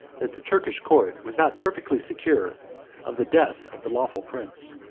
that the turkish court was not perfectly secure of the death of the lawful prince.